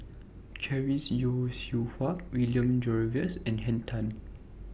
Chris Yeo Siew Hua William Jervois and Henn Tan